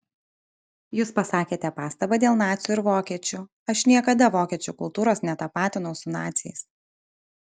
jūs pasakėte pastabą dėl nacių ir vokiečių aš niekada vokiečių kultūros netapatinau su naciais